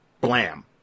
blam